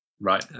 Right